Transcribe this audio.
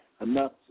enough